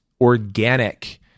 organic